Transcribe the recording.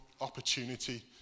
opportunity